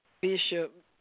Bishop